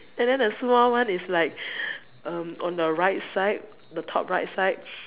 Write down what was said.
and then the small one is like um on the right side the top right side